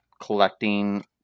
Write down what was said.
collecting